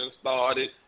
started